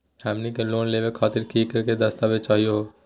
हमनी के लोन लेवे खातीर की की दस्तावेज चाहीयो हो?